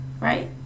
Right